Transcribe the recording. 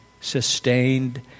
sustained